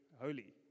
holy